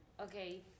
okay